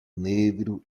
negro